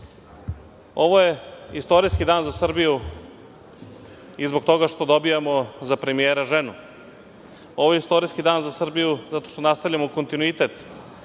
je istorijski dan za Srbiju i zbog toga što dobijamo za premijera ženu. Ovo je istorijski dan za Srbiju zato što nastavljamo kontinuitet